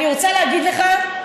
אני רוצה להגיד לך: